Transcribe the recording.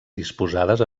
disposades